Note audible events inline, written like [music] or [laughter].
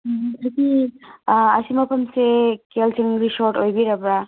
[unintelligible] ꯑꯥ ꯑꯁꯤ ꯃꯐꯝꯁꯦ ꯀꯦꯜꯁꯪ ꯔꯤꯁꯣꯠ ꯑꯣꯏꯕꯤꯔꯕ꯭ꯔꯥ